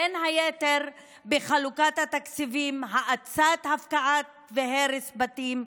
בין היתר בחלוקת התקציבים, בהאצת הפקעת והרס בתים,